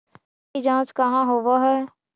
मिट्टी जाँच कहाँ होव है?